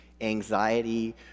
anxiety